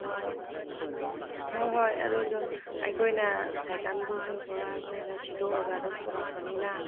ꯑꯣ ꯍꯣꯏ ꯍꯣꯏ ꯑꯗꯨꯗꯨ ꯑꯩꯈꯣꯏꯅ ꯁꯥꯏꯀꯜꯗꯨꯁꯨ ꯄꯨꯔꯥ ꯑꯩꯈꯣꯏꯅ ꯁꯤꯗꯣꯛꯑꯒ ꯑꯗꯨꯝ ꯄꯨꯔꯛꯄꯅꯤꯅ